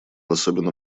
особенно